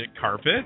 Carpet